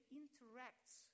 interacts